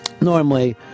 normally